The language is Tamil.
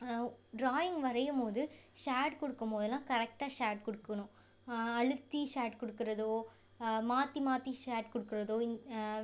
ட்ராயிங் வரையும் போது ஷேட் கொடுக்கும் போதுலாம் கரெக்டாக ஷேட் கொடுக்கணும் அழுத்தி ஷேட் கொடுக்குறதோ மாற்றி மாற்றி ஷேட் கொடுக்குறதோ இ